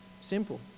Simple